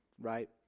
right